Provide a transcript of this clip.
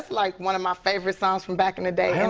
like, one of my favorite songs from back in the day,